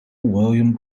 william